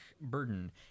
Burden